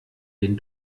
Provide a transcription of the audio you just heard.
den